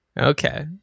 Okay